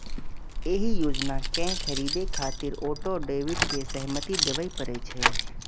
एहि योजना कें खरीदै खातिर ऑटो डेबिट के सहमति देबय पड़ै छै